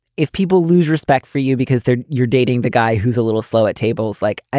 if people lose respect for you because they're your dating, the guy who's a little slow at tables like ah